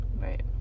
Right